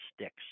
sticks